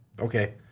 Okay